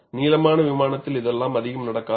நீளமான விமானத்தில் இதெல்லாம் அதிகம் நடக்காது